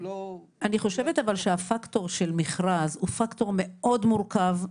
אבל אני חושבת שהפקטור של מכרז הוא פקטור מאוד מורכב.